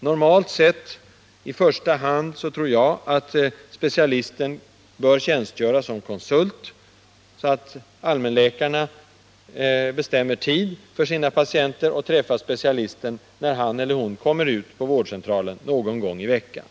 Jag tror att specialisten i första hand bör tjänstgöra som konsult, så att allmänläkarna bestämmer tid för sina patienter, som får träffa specialisten när han eller hon kommer ut till vårdcentralen någon gång i veckan.